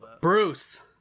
Bruce